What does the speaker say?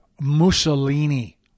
Mussolini